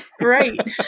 Right